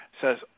says